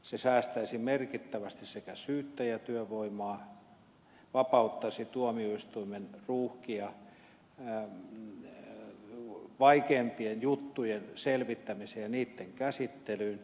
se säästäisi merkittävästi syyttäjätyövoimaa vapauttaisi tuomioistuimen ruuhkia vaikeampien juttujen selvittämiseen ja niitten käsittelyyn